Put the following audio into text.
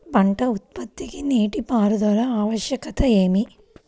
పంట ఉత్పత్తికి నీటిపారుదల ఆవశ్యకత ఏమి?